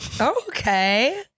Okay